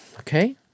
Okay